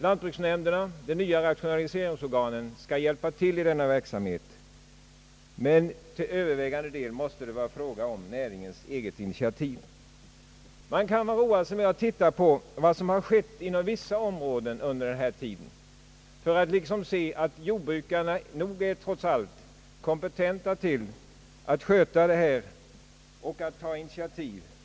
Lantbruksnämnderna — de nya rationaliseringsorganen — skall hjälpa till i denna verksamhet, men till övervägande del måste det vara fråga om näringens eget initiativ. Man kan roa sig med att titta på vad som har skett inom vissa områden under denna tid för att se att jordbrukarna nog trots allt är kompetenta att sköta sina angelägenheter och att ta initiativ.